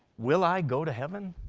will i go to heaven?